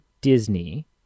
Disney –